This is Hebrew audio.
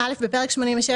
כאילו בפרק 87,